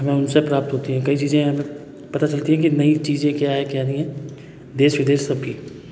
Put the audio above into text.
हमें उनसे प्राप्त होती है कई चीज़ें हमें पता चलती है कि नई चीज़ें क्या है क्या नहीं है देश विदेश सब की